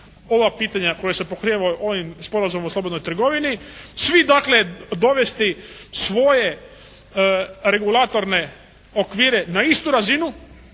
ova pitanja koja se pokrivaju ovim Sporazumom o slobodnoj trgovini, svi dakle dovesti svoje regulatorne okvire na istu razinu